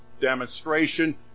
demonstration